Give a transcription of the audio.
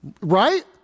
Right